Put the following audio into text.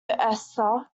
esther